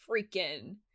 freaking